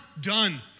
Done